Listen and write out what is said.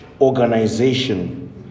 organization